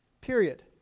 period